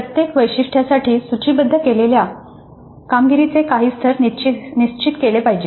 प्रत्येक वैशिष्ट्यासाठी सूचीबद्ध केलेल्या कामगिरीचे काही स्तर निश्चित केले पाहिजेत